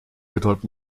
betäubt